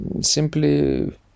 simply